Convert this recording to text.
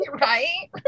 right